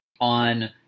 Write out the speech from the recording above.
on